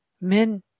Men